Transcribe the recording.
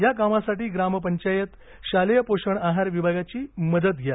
या कामासाठी ग्रामपंचायत शालेय पोषण आहार विभागाची मदत घ्या